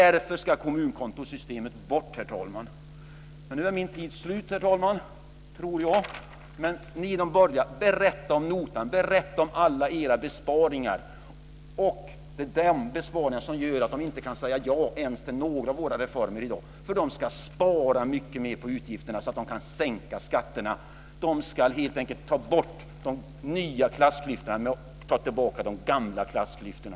Därför ska kommunkontosystemet bort, herr talman. Nu är min talartid slut, herr talman. Men ni borgerliga, berätta om notan! Berätta om alla era besparingar! Det är de besparingarna som gör att de inte kan säga ja ens till några av våra reformer i dag, för de ska spara mycket mer på utgifterna så att de kan sänka skatterna. De ska helt enkelt ta bort de nya klassklyftorna genom att ta tillbaka de gamla klassklyftorna.